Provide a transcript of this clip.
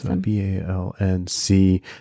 B-A-L-N-C